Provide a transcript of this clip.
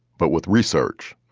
but with research.